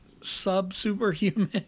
sub-superhuman